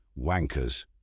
Wankers